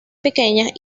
pequeñas